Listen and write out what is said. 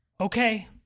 Okay